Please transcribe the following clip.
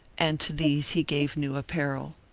and to these he gave new apparel.